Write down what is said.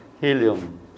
helium